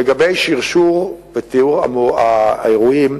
לגבי שרשור ותיאור האירועים,